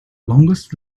longest